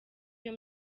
iyo